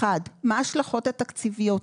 אחת, מה ההשלכות התקציביות?